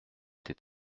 est